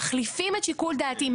מחליפים את שיקול דעתי.